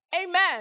Amen